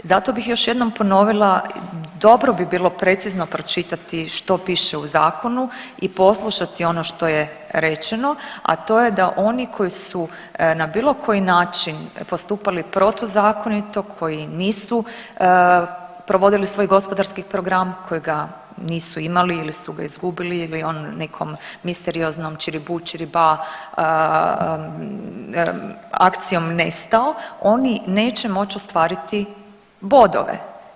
Zato bih još jednom ponovila dobro bi bilo precizno pročitati što piše u zakonu u poslušati ono što je rečeno, a to je da oni koji su na bilo koji način postupali protuzakonito, koji nisu provodili svoj gospodarski program, koji ga nisu imali ili su ga izgubili ili ono nekom misterioznom čiribu čiriba akcijom nestao, oni neće moći ostvariti bodove.